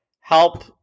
Help